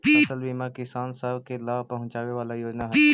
फसल बीमा किसान सब के लाभ पहुंचाबे वाला योजना हई